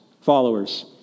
followers